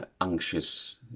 Anxious